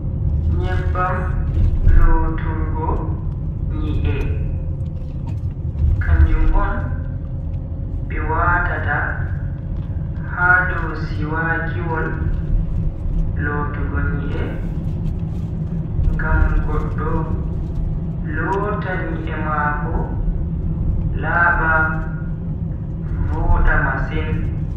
Nyebban loturgo nyi'e. kanjum on be watata ha dow siwaakiwol lotugo nyi'e ngam goddo loota nyi'e mako laaba voda masin.